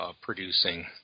producing